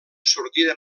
sortida